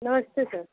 नमस्ते सर